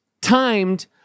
timed